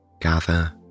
gather